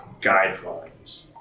guidelines